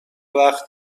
وقت